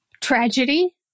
tragedy